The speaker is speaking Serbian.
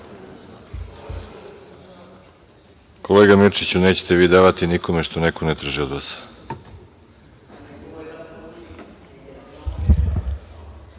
Kolega Mirčiću, nećete vi davati nikome što neko ne traži od vas. Reč